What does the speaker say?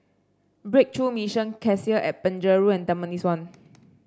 Breakthrough Mission Cassia at Penjuru and Tampines one